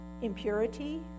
impurity